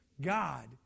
God